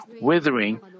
withering